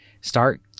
start